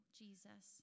jesus